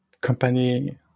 company